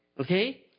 okay